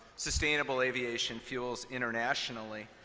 sustainable aviation fuels internationally.